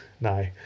No